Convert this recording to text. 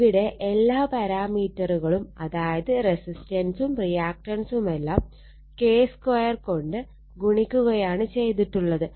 ഇവിടെ എല്ലാ പരാമീറ്ററുകളും അതായത് റെസിസ്റ്റൻസും റിയാക്റ്റൻസുമെല്ലാം K2 കൊണ്ട് ഗുണിക്കുകയാണ് ചെയ്തിട്ടുള്ളത്